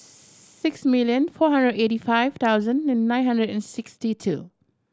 six million four hundred eighty five thousand and nine hundred and sixty two